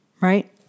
right